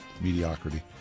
mediocrity